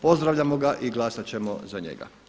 Pozdravljamo ga i glasat ćemo za njega.